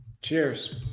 Cheers